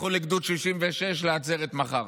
לכו לגדוד 66, לעצרת מחר.